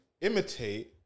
imitate